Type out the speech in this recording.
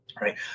Right